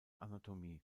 anatomie